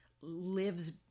lives